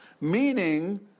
meaning